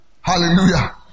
Hallelujah